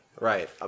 Right